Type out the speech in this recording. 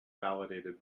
validated